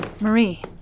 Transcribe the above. Marie